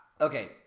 okay